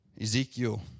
Ezekiel